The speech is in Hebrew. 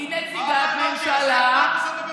היא נציגת ממשלה, מה את עושה בממשלה?